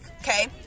okay